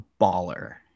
baller